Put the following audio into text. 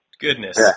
Goodness